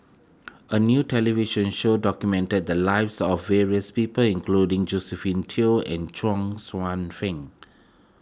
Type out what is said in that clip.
a new television show documented the lives of various people including Josephine Teo and Chuang Hsueh Fang